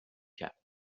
کرد